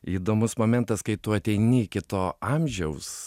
įdomus momentas kai tu ateini iki to amžiaus